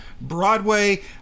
Broadway